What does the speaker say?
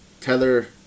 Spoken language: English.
Tether